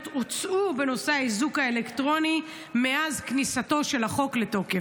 הוצאו בנושא האיזוק האלקטרוני מאז כניסתו של החוק לתוקף?